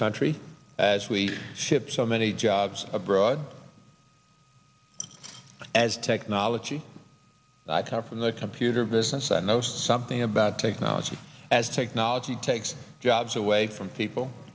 country as we ship so many jobs abroad as technology i come from the computer business i know something about technology as technology takes jobs away from people